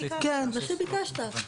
מה שביקשת.